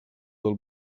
del